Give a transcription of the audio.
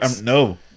No